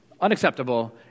unacceptable